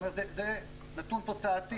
זה נתון תוצאתי,